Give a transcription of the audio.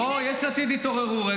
--- אוה, יש עתיד התעוררו.